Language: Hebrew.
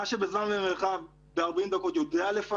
מי שבזמן ומרחב יודע ב-40 דקות לפנות